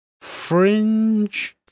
Fringe